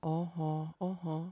oho oho